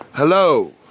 Hello